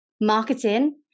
marketing